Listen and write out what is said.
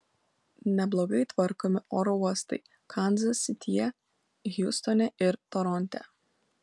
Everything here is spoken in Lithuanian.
neblogai tvarkomi oro uostai kanzas sityje hjustone ir toronte